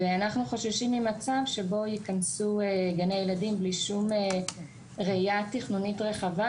ואנחנו חוששים ממצב שבו ייכנסו גני ילדים בלי שום ראייה תכנונית רחבה,